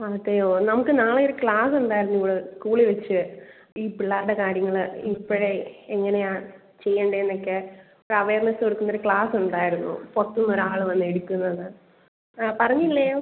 അതെയോ നമുക്ക് നാളെ ഒരു ക്ലാസ് ഉണ്ടായിരുന്നു ഇവിടെ സ്കൂളിൽ വച്ച് ഈ പിള്ളേരുടെ കാര്യങ്ങൾ ഇപ്പോഴേ എങ്ങനെയാണ് ചെയ്യേണ്ടേന്ന് ഒക്കെ ഒരു അവേർനസ് കൊടുക്കുന്ന ഒരു ക്ലാസ്സ് ഉണ്ടായിരുന്നു പുറത്തുന്ന് ഒരു ആൾ വന്ന് എടുക്കുന്നത് ആ പറഞ്ഞില്ലയോ